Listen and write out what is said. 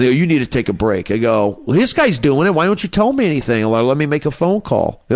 you need to take a break. i go, this guy's doing it. why don't you tell me anything? let let me make a phone call.